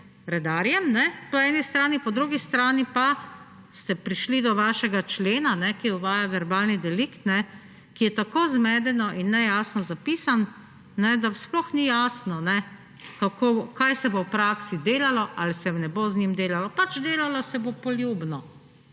redarjem po eni strani, po drugi strani pa ste prišli do vašega člena, ki uvaja verbalni delikt, ki je tako zmedeno in nejasno zapisan, da sploh ni jasno, kako, kaj se bo v praksi delalo ali se ne bo z njim delalo. Pač delalo se bo poljubno,